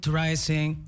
rising